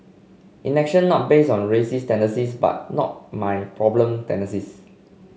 inaction not based on racist tendencies but not my problem tendencies